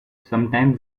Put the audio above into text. sometimes